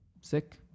Sick